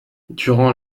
durant